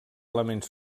elements